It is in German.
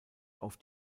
auf